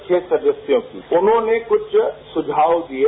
छह सदस्यों की उन्होंने कुछ सुझाव दिये